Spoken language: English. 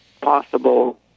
possible